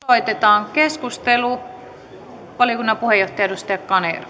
aloitetaan keskustelu valiokunnan puheenjohtaja edustaja kanerva